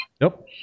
Nope